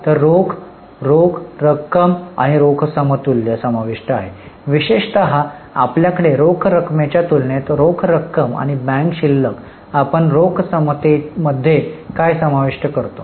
तर रोख रोख रक्कम आणि रोख समतुल्य समाविष्ट आहे विशेषत आपल्याकडे रोख रकमेच्या तुलनेत रोख रक्कम आणि बँक शिल्लक आपण रोख समतेमध्ये काय समाविष्ट करतो